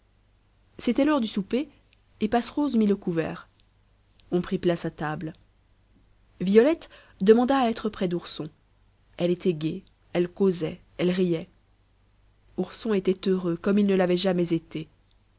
c'était l'heure du souper et passerose mit le couvert on prit place à table violette demanda à être près d'ourson elle était gaie elle causait elle riait ourson était heureux comme il ne l'avait jamais été